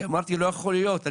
כי אמרתי: לא יכול להיות,